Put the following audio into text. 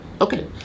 Okay